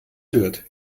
hört